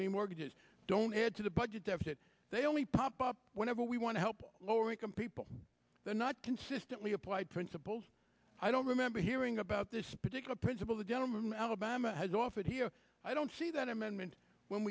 equity mortgages don't add to the budget deficit they only pop up whenever we want to help lower income people they're not consistently applied principles i don't remember hearing about this particular principle the gentleman in alabama has offered here i don't see that amendment when